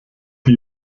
die